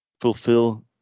fulfill